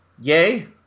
yay